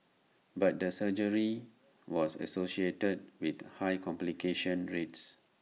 but the surgery was associated with high complication rates